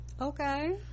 okay